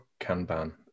Kanban